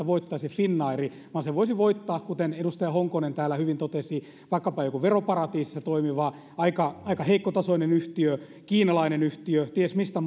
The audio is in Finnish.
voittaisi finnair vaan sen voisi voittaa kuten edustaja honkonen täällä hyvin totesi vaikkapa joku veroparatiisissa toimiva aika aika heikkotasoinen yhtiö kiinalainen yhtiö ties mistä